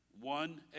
one